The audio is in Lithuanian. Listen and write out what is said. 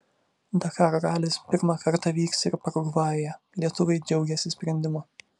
dakaro ralis pirmą kartą vyks ir paragvajuje lietuviai džiaugiasi sprendimu